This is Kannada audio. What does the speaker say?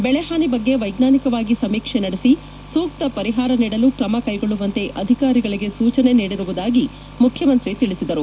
ಬೆಳೆ ಹಾನಿ ಬಗ್ಗೆ ವೈಚ್ಹಾನಿಕವಾಗಿ ಸಮೀಕ್ಷೆ ನಡೆಸಿ ಸೂಕ್ತ ಪರಿಹಾರ ನೀಡಲು ಕ್ರಮ ಕೈಗೊಳ್ಳುವಂತೆ ಅಧಿಕಾರಿಗಳಿಗೆ ಸೂಚನೆ ನೀಡಿರುವುದಾಗಿ ಮುಖ್ಯಮಂತ್ರಿ ತಿಳಿಸಿದರು